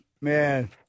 man